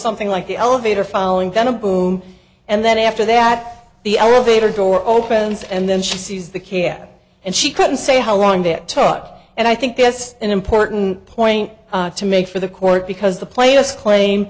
something like the elevator following then a boom and then after that the elevator door opens and then she sees the kid and she couldn't say how long that talk and i think that's an important point to make for the court because the plainest claim